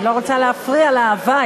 אני לא רוצה להפריע להווי,